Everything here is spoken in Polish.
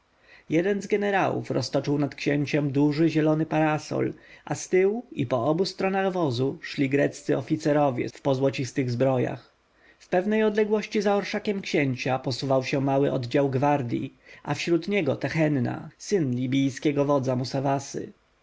jeden z jenerałów roztoczył nad księciem duży zielony parasol a ztyłu i po obu stronach wozu szli greccy oficerowie w pozłocistych zbrojach w pewnej odległości za orszakiem księcia posuwał się mały oddział gwardji a wśród niego tehenna syn libijskiego wodza